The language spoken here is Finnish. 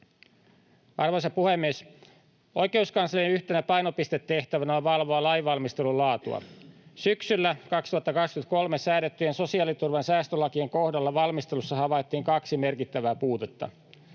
Arvoisa puhemies! Oikeuskanslerin yhtenä painopistetehtävänä on valvoa lainvalmistelun laatua. Syksyllä 2023 säädettyjen sosiaaliturvan säästölakien kohdalla valmistelussa havaittiin kaksi merkittävää puutetta: